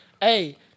Hey